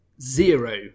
Zero